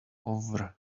over